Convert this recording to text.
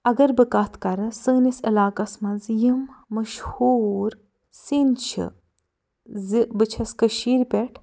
اگر بہٕ کَتھ کَرٕ سٲنِس علاقس منٛز یِم مشہوٗر سِںۍ چھِ زِ بہٕ چھَس کٔشیٖرِ پٮ۪ٹھ